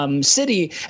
city